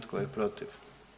Tko je protiv?